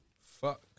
Fuck